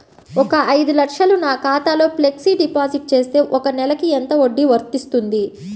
ఒక ఐదు లక్షలు నా ఖాతాలో ఫ్లెక్సీ డిపాజిట్ చేస్తే ఒక నెలకి ఎంత వడ్డీ వర్తిస్తుంది?